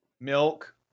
milk